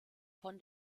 von